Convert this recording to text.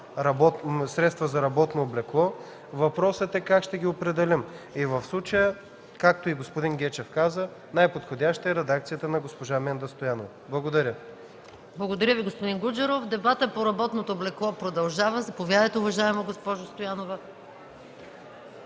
средства за работно облекло, въпросът е как ще ги определим. В случая, както и господин Гечев каза, най-подходяща е редакцията на госпожа Менда Стоянова. Благодаря. ПРЕДСЕДАТЕЛ МАЯ МАНОЛОВА: Благодаря Ви, господин Гуджеров. Дебатът по работното облекло продължава. Заповядайте, уважаема госпожо Стоянова.